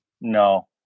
no